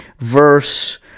Verse